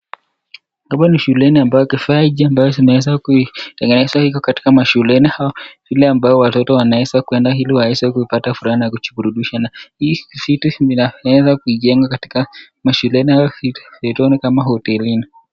Hapa ni shuleni ambayo kifaa hiki inaweza kutengenezwa katika mashuleni, shule ambayo watoto wanaweza kuenda ili wapate furaha na kujiburudisha na hii vitu zinawezwa kujengwa shuleni ama mahotelini.